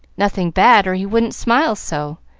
nothing bad, or he wouldn't smile so.